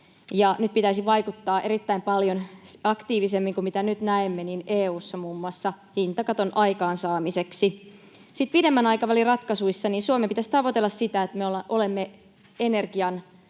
nyt pitäisi vaikuttaa erittäin paljon aktiivisemmin kuin mitä nyt näemme EU:ssa muun muassa hintakaton aikaansaamiseksi. Sitten pidemmän aikavälin ratkaisuissa Suomen pitäisi tavoitella sitä, että me olemme energian